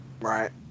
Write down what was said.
Right